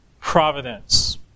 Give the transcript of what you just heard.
providence